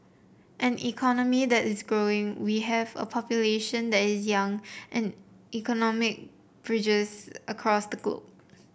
an economy that is growing we have a population that is young and economic bridges across the globe